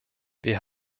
wir